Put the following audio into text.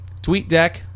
TweetDeck